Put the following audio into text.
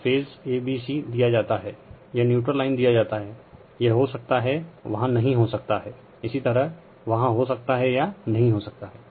और phase a b c दिया जाता है यह न्यूट्रल लाइन दिया जाता है यह हो सकता हैं वहाँ नही हो सकता है इसी तरह वहाँ हो सकता हैं या नही हो सकता हैं